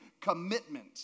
commitment